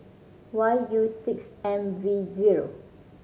Y U six M V zero